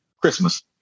Christmas